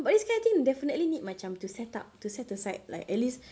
but this kind of thing definitely need macam to set up to set aside like at least